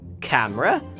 Camera